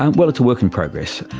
um well, it's a work in progress.